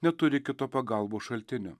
neturi kito pagalbos šaltinio